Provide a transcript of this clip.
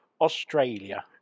Australia